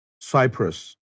Cyprus